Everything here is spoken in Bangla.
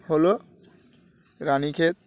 হলো রানিক্ষেত